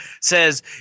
says